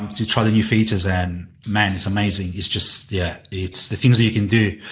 to try the new features and man it's amazing, it's just, yeah, it's the things you can do.